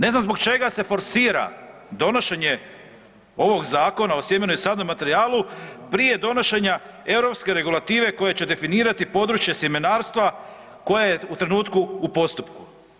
Ne znam zbog čega se forsira donošenje ovog Zakona o sjemenu i sadnom materijalu prije donošenja europske regulative koja će definirati područje sjemenarstva koje je u trenutku u postupku.